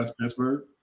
Pittsburgh